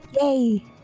Yay